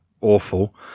awful